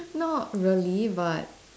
not really but